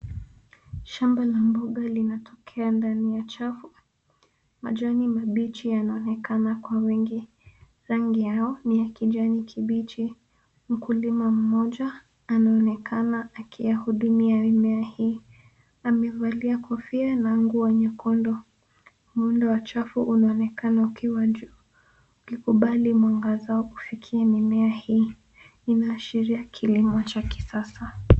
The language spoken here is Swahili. Shamba la mboga limetokea ndani ya chafu. Majani mabichi yanaonekana kwa wingi. Rangi yao ni ya kijani kibichi. Mkulima mmoja anaonekana akiyahudumia mimea hii. Amevalia kofia na nguo nyekundu. Muundo wa chafu unaonekana ukikubali mwangaza kufikia mimea hii. Inaashiria kilimo cha kisasa.